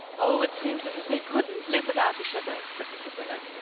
oh, it seems as if they couldn't live without each other! said mrs. miller.